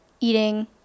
eating